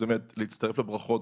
באמת להצטרף לברכות,